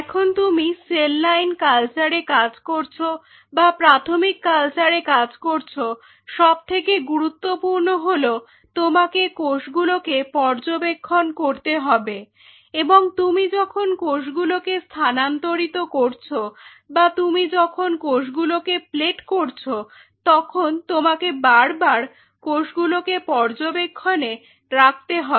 এখন তুমি সেললাইন কালচারে কাজ করছ বা প্রাইমারি কালচারে কাজ করছো সবথেকে গুরুত্বপূর্ণ হলো তোমাকে কোষগুলোকে পর্যবেক্ষণ করতে হবে এবং তুমি যখন কোষগুলোকে স্থানান্তরিত করছো বা তুমি যখন কোষগুলোকে প্লেট করছো তখন তোমাকে বারবার কোষগুলোকে পর্যবেক্ষণে রাখতে হবে